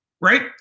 right